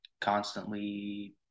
constantly